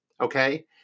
okay